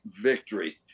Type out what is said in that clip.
victory